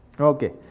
okay